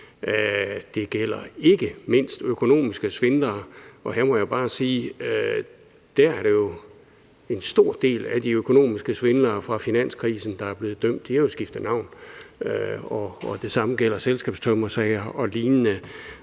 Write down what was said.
Det gælder ikke mindst økonomiske svindlere, og her må jeg bare sige, at en stor del af de økonomiske svindlere fra finanskrisen, der er blevet dømt, jo har skiftet navn, og det samme gælder selskabstømmersager og lignende,